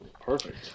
Perfect